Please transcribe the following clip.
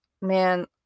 man